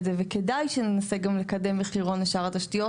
זה וכדאי שננסה לקדם מחירון גם לשאר התשתיות,